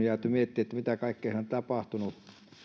jääty miettimään mitä kaikkea siellä on tapahtunut